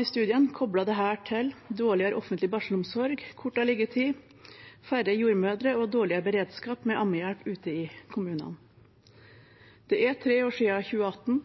i studien koblet dette til dårligere offentlig barselomsorg, kortere liggetid, færre jordmødre og dårligere beredskap med ammehjelp ute i kommunene. Det er tre år siden 2018,